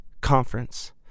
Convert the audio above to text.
conference